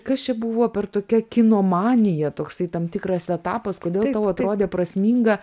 kas čia buvo per tokia kinomanija toksai tam tikras etapas kodėl tau atrodė prasminga